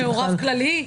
הוא מעורב כללי?